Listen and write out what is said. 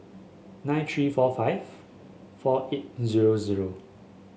nine three four five four eight zero zero